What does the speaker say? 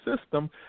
system